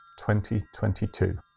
2022